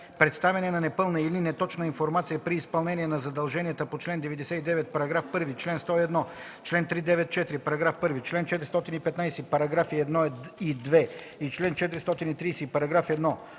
представяне на непълна или неточна информация при изпълнение на задълженията по чл. 99, параграф 1, чл. 101, чл. 394, параграф 1, чл. 415, параграфи 1 и 2 и чл. 430, параграф 1